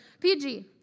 PG